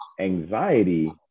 anxiety